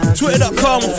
twitter.com